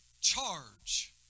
charge